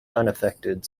unaffected